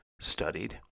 studied